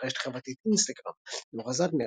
ברשת החברתית אינסטגרם נורה זהטנר,